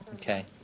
Okay